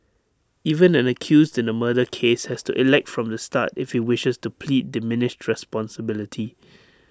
even an accused in A murder case has to elect from the start if he wishes to plead diminished responsibility